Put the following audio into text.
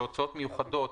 שהוצאות מיוחדות